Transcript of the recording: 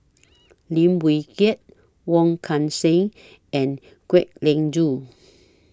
Lim Wee Kiak Wong Kan Seng and Kwek Leng Joo